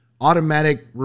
automatic